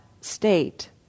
state